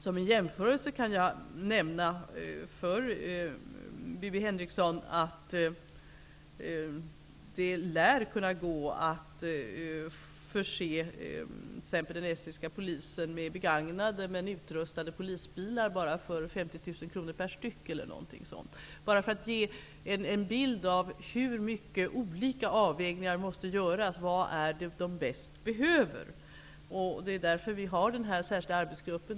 Som en jämförelse kan jag nämna för Birgit Henriksson att det lär kunna gå att förse t.ex. den estniska polisen med begagnade men utrustade polisbilar för bara 50 000 kr per styck eller någonting sådant. Jag säger det för att ge en bild av hur många slags olika avvägningar som måste göras. Vad är det mottagarna bäst behöver? Det är därför vi har den särskilda arbetsgruppen.